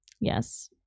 yes